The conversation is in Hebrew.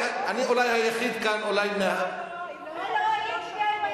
אני אולי היחיד פה, זה לא נכון.